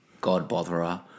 God-botherer